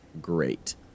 great